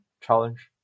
challenge